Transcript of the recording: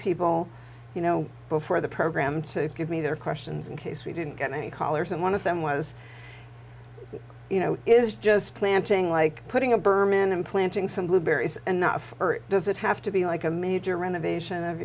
people you know before the program to give me their questions in case we didn't get any collars and one of them was you know is just planting like putting a berm in and planting some blueberries and not does it have to be like a major renovation of